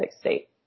state